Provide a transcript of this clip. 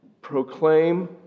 proclaim